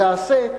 תעשה,